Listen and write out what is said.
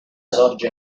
sorge